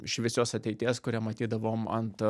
šviesios ateities kurią matydavom ant